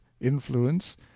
influence